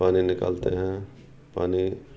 پانی نکالتے ہیں پانی